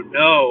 no